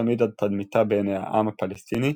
תמיד על תדמיתה בעיני העם הפלסטיני,